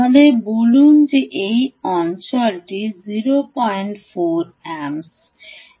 আমাদের বলুন যে এই অঞ্চলটি 08 amps